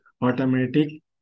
automatic